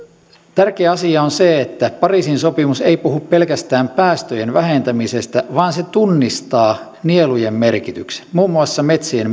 tärkeä asia on se että pariisin sopimus ei puhu pelkästään päästöjen vähentämisestä vaan se tunnistaa nielujen merkityksen muun muassa metsien